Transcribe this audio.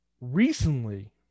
recently